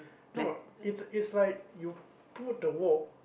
no is is like you put the wok